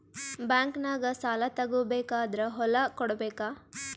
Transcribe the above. ಬ್ಯಾಂಕ್ನಾಗ ಸಾಲ ತಗೋ ಬೇಕಾದ್ರ್ ಹೊಲ ಕೊಡಬೇಕಾ?